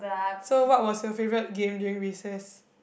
so what was your favourite game during recess